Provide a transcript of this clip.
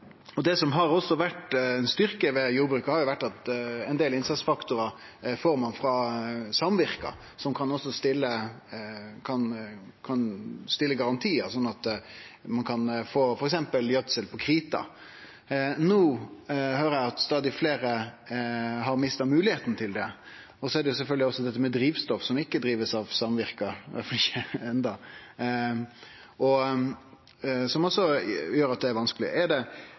Det som også har vore ei styrke ved jordbruket, har vore at ein får ein del innsatsfaktorar frå samvirke, som kan stille garantiar, sånn at ein f.eks. kan få gjødsel på krita. No høyrer eg at stadig fleire har mista moglegheita til det. Så er det sjølvsagt dette med drivstoff – som ikkje blir drive av samvirke, i alle fall ikkje enno – som også gjer at det er vanskeleg. Er det